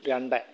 രണ്ട്